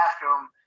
bathroom